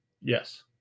Yes